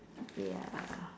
ya